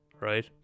Right